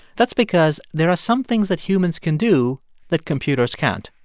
that's because there are some things that humans can do that computers can't